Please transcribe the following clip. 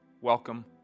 welcome